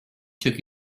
took